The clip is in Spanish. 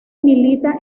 milita